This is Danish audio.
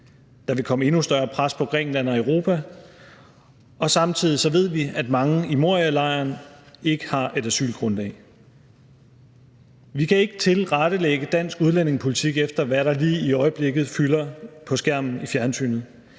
Der vil komme et endnu større pres på Grækenland og Europa, og samtidig ved vi, at mange i Morialejren ikke har et asylgrundlag. Vi kan ikke tilrettelægge dansk udlændingepolitik efter, hvad der lige i øjeblikket fylder på fjernsynsskærmen.